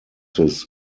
his